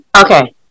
Okay